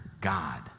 God